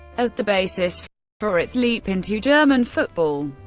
as the basis for its leap into german football.